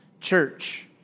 church